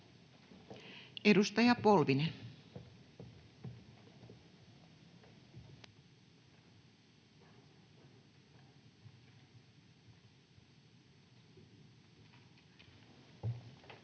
Edustaja Polvinen. Arvoisa